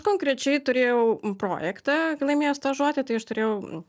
konkrečiai turėjau projektą laimėjus stažuotę tai aš turėjau